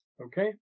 Okay